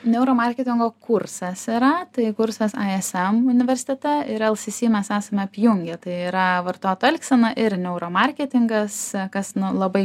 neuro marketingo kursas yra tai kursas ism universitete ir lcc mes esame apjungę tai yra vartotojo elgsena ir neuro marketingas kas nu labai